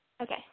Okay